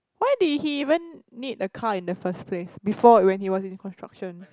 why did he even need a car in the first place before it when he was in construction